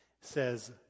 says